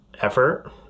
effort